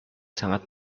sangat